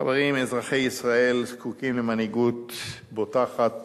חברים, אזרחי ישראל זקוקים למנהיגות בוטחת